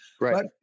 right